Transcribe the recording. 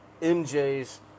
MJ's